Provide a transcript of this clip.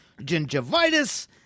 gingivitis